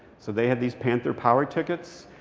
so they had these panther power tickets.